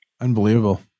unbelievable